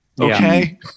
Okay